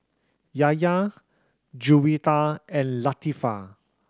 Yahya Juwita and Latifa